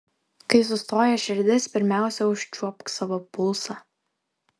kai sustoja širdis pirmiausia užčiuopk savo pulsą